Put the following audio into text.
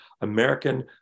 American